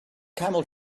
camel